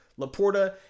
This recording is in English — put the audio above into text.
Laporta